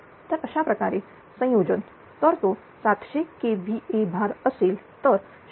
तर अशाप्रकारे संयोजन तर तो 700kVA भार असेल 0